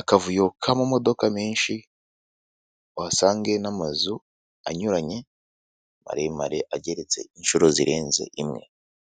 akavuyokaamamodoka menshi wahasange n'amazu anyuranye maremare ageretse inshuro zirenze imwe.